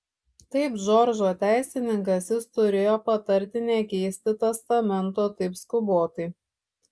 kaip džordžo teisininkas jis turėjo patarti nekeisti testamento taip skubotai